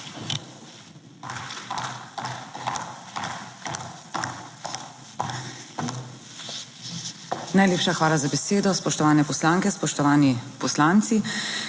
Najlepša hvala za besedo. Spoštovane poslanke, spoštovani poslanci!